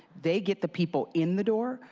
they get the people in the door.